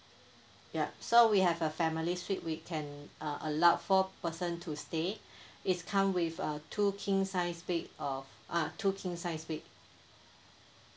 ya so we have a family suite we can uh allowed four person to stay it's come with a two king size bed of ah two king size bed